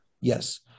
Yes